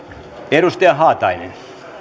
edustaja haatainen